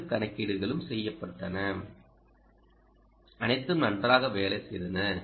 அனைத்து கணக்கீடுகளும் செய்யப்பட்டன அனைத்தும் நன்றாக வேலை செய்தன